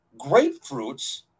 grapefruits